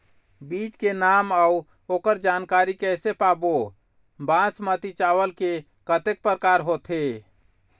बीज के नाम अऊ ओकर जानकारी कैसे पाबो बासमती चावल के कतेक प्रकार होथे?